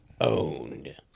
owned